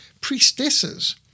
priestesses